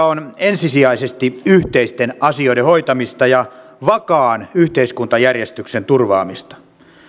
on ensisijaisesti yhteisten asioiden hoitamista ja vakaan yhteiskuntajärjestyksen turvaamista